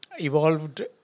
evolved